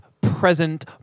present